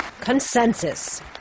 Consensus